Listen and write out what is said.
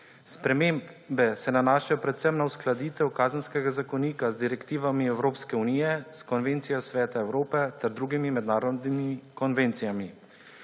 Spremembe se nanašajo predvsem na uskladitev Kazenskega zakonika z direktivami Evropske unije, s konvencijo Sveta Evrope ter drugimi mednarodnimi konvencijami.